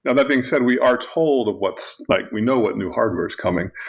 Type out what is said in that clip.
and that being said, we are told of what's like we know what new hardware is coming.